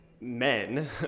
men